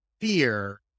fear